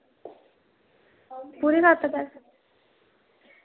कुन्नै लैते दा